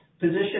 position